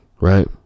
right